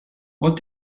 what